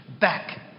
back